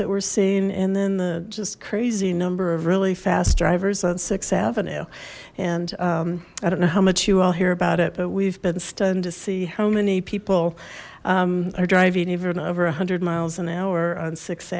that we're seeing and then the just crazy number of really fast drivers on six avenue and i don't know how much you all hear about it but we've been stunned to see how many people are driving even over a hundred miles an hour on six